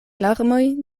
larmoj